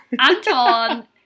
Anton